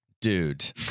dude